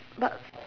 but